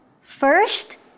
First